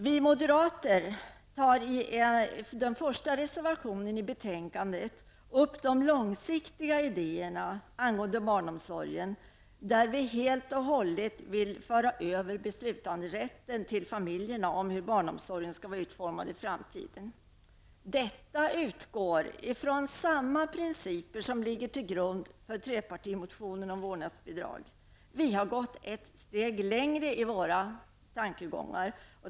Vi moderater tar i den första reservationen i betänkandet upp de långsiktiga idéerna angående barnomsorgen. Vi vill helt och hållet föra över beslutanderätten om hur barnomsorgen skall vara utformad i framtiden till familjerna. Här utgår vi från samma principer som ligger till grund för trepartimotionen om vårdnadsbidrag. Vi har gått ett steg längre i våra tankegångar.